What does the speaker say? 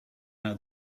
now